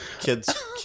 kids